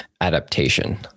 adaptation